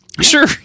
Sure